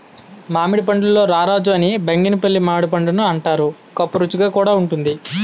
మామిడి పండుల్లో రారాజు అని బంగినిపల్లి మామిడిపండుని అంతారు, గొప్పరుసిగా కూడా వుంటుంది